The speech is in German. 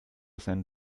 seinen